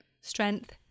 Strength